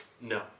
No